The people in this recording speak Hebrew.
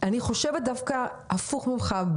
חושבת הפוך ממך.